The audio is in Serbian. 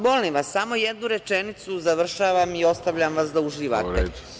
Molim vas, samo jednu rečenicu, završavam i ostavljam vas da uživate.